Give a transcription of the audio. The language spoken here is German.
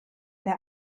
der